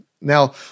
Now